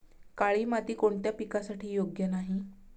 काळी माती कोणत्या पिकासाठी योग्य नाही?